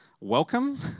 welcome